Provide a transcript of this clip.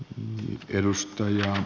arvoisa puhemies